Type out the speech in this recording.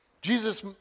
Jesus